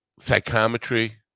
psychometry